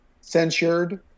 censured